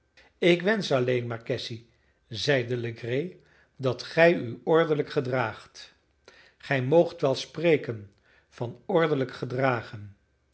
ik wensch alleen maar cassy zeide legree dat gij u ordelijk gedraagt gij moogt wel spreken van ordelijk gedragen